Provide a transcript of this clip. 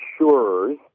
insurers